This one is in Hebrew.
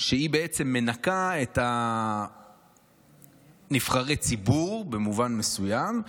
שהיא בעצם מנקה את נבחרי ציבור במובן מסוים,